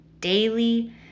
daily